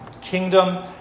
kingdom